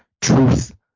truth